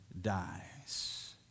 dies